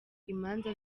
imanza